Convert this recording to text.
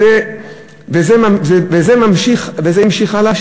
וזה המשיך הלאה,